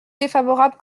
défavorable